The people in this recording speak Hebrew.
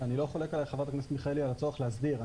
אני לא חולק על חברת הכנסת מיכאלי על הצורך להסדיר.